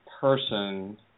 person